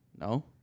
no